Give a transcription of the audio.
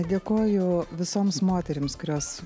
dėkoju visoms moterims kurios